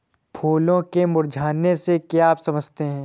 फूलों के मुरझाने से क्या आप समझते हैं?